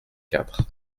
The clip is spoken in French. quatre